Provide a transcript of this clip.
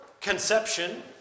conception